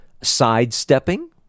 sidestepping